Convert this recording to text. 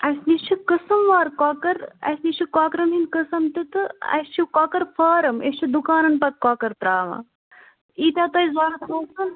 اَسہِ نِش چھِ قٕسم وار کۄکَر اَسہِ نِش چھِ کۄکرَن ہٕنٛدۍ قٕسم تہِ تہٕ اَسہِ چھِ کۄکَر فارَم أسۍ چھِ دُکانَن پَتہٕ کۄکَر ترٛاوان ییٖتیٛاہ تۄہہِ ضروٗرت آسَن